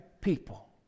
People